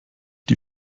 die